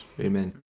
Amen